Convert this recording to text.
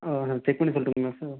ஆ நான் செக் பண்ணி சொல்லிட்டுங்களா சார்